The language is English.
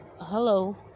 hello